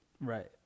Right